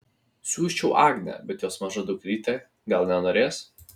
siųsčiau agnę bet jos maža dukrytė gal nenorės